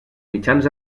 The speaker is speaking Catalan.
mitjans